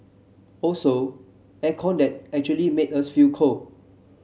also air con that actually made us feel cold